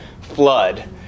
flood